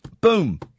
Boom